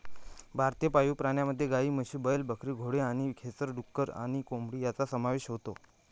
भारतीय पाळीव प्राण्यांमध्ये गायी, म्हशी, बैल, बकरी, घोडे आणि खेचर, डुक्कर आणि कोंबडी यांचा समावेश होतो